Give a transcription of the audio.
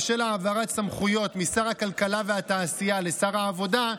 בשל העברת סמכויות משר הכלכלה והתעשייה לשר העבודה,